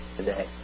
today